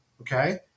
okay